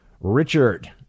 Richard